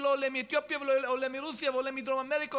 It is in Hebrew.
ולא עולה מאתיופיה ולא עולה מרוסיה ולא עולה מדרום אמריקה,